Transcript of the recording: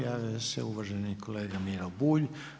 Javio se uvaženi kolega Miro Bulj.